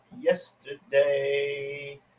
yesterday